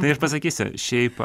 tai aš pasakysiu šiaip